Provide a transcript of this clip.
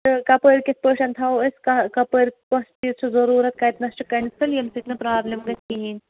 تہٕ کَپٲرۍ کِتھ پٲٹھۍ تھاوو أسۍ کہ کَپٲرۍ کۄس چیٖز چھُ ضٔروٗرَت کَتِنَس چھُ کَنہِ ییٚمہِ سۭتۍ نہٕ پرٛابلِم گَژھِ کِہیٖنۍ